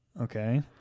Okay